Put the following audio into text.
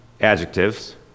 adjectives